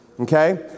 Okay